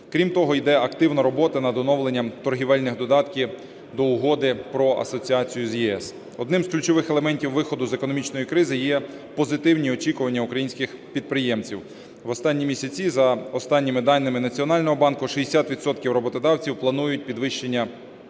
Крім того, йде активна робота над одновленням торговельних додатків до Угоди про асоціацію з ЄС. Одним з ключових елементів виходу з економічної кризи є позитивні очікування українських підприємців. В останні місяці, за останніми даними Національного банку, 60 відсотків роботодавців планують підвищення заробітних